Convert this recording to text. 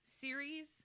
series